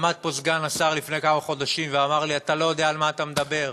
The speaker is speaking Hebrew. עמד פה סגן השר לפני כמה חודשים ואמר לי: אתה לא יודע על מה אתה מדבר.